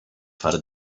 far